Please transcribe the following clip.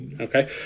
Okay